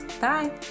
Bye